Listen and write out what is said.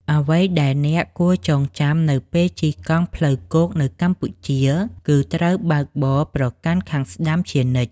អ្វីដែលអ្នកគួរចងចាំនៅពេលជិះកង់ផ្លូវគោកនៅកម្ពុជា គឺត្រូវបើកបរប្រកាន់ខាងស្តាំជានិច្ច។